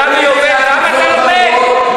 את הרמב"ם עזוב עכשיו,